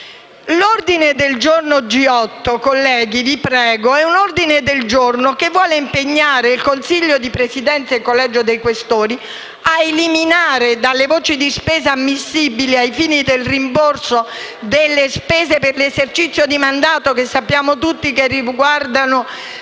in "Camera delle Regioni II". L'ordine del giorno G8 vuole impegnare il Consiglio di Presidenza e il Collegio dei Questori ad eliminare dalle voci di spesa ammissibili ai fini del rimborso delle spese per l'esercizio di mandato (che, come sappiamo tutti, riguardano